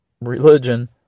religion